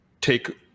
take